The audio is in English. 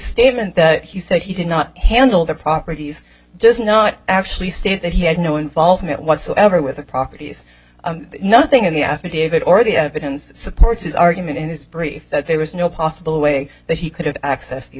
statement that he said he did not handle the properties just not actually state that he had no involvement whatsoever with the properties nothing in the affidavit or the evidence supports his argument in his brief that there was no possible way that he could have access to these